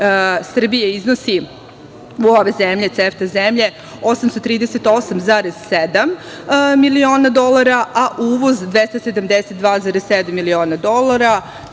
Srbija iznosi u ove zemlje, CEFTE zemlje 838,7 miliona dolara, a uvoz 272,7 miliona dolara.